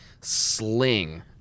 sling